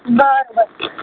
બરાબર